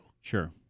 Sure